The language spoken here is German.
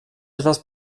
etwas